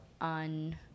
on